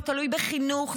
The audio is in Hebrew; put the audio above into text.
זה תלוי בחינוך,